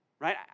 right